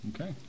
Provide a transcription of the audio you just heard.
Okay